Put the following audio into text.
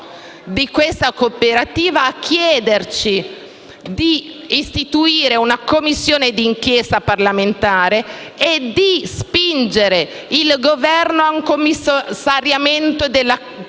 della cooperativa, a chiederci di istituire una Commissione d'inchiesta parlamentare e di spingere il Governo a un commissariamento della cooperativa